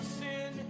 sin